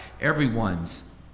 Everyone's